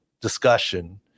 discussion